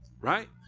Right